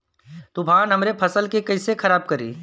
तूफान हमरे फसल के कइसे खराब करी?